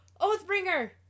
Oathbringer